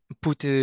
put